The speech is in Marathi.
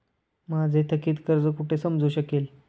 माझे थकीत कर्ज कुठे समजू शकेल?